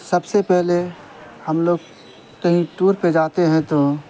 سب سے پہلے ہم لوگ کہیں ٹور پہ جاتے ہیں تو